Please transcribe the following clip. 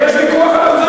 ויש ויכוח על,